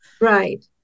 right